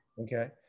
Okay